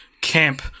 Camp